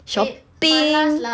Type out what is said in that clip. shopping